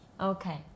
Okay